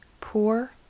poor